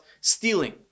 stealing